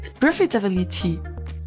profitability